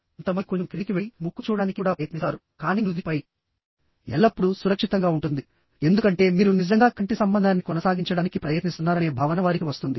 కొంతమంది కొంచెం క్రిందికి వెళ్లి ముక్కును చూడటానికి కూడా ప్రయత్నిస్తారు కానీ నుదిటిపై ఎల్లప్పుడూ సురక్షితంగా ఉంటుంది ఎందుకంటే మీరు నిజంగా కంటి సంబంధాన్ని కొనసాగించడానికి ప్రయత్నిస్తున్నారనే భావన వారికి వస్తుంది